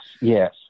yes